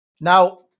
Now